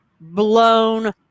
blown